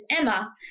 Emma